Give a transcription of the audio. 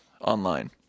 online